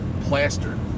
plastered